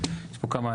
יש פה כמה,